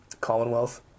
Commonwealth